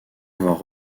avoir